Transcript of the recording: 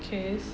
kays